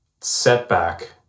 setback